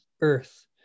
earth